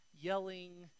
yelling